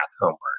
homework